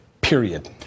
period